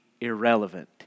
irrelevant